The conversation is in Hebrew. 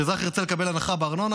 כשאזרח ירצה לקבל הנחה בארנונה,